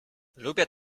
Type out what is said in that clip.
lubię